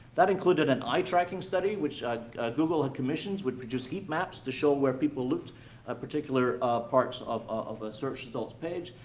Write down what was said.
that included an eye-tracking study, which google had commissions, would produce heat maps to show where people looked at particular parts of of a search results page.